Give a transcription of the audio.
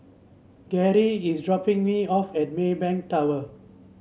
Gerri is dropping me off at Maybank Tower